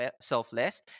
selfless